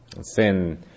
sin